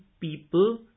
people